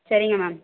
சரிங்க மேம்